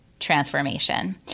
transformation